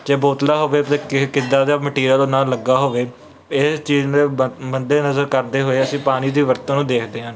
ਜੇ ਬੋਤਲਾਂ ਹੋਵੇ ਤਾਂ ਕਿਹ ਕਿੱਦਾਂ ਦਾ ਮਟੀਰੀਅਲ ਉਹਨਾਂ ਨੂੰ ਲੱਗਾ ਹੋਵੇ ਇਹ ਚੀਜ਼ ਨੂੰ ਬ ਮੱਦੇਨਜ਼ਰ ਕਰਦੇ ਹੋਏ ਅਸੀਂ ਪਾਣੀ ਦੀ ਵਰਤੋਂ ਨੂੰ ਦੇਖਦੇ ਹਨ